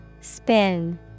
Spin